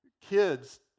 Kids